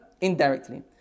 indirectly